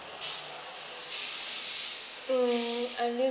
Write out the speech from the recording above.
mm I use